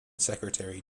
secretary